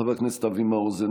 חברת הכנסת יוליה מלינובסקי,